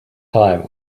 time